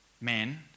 men